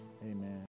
Amen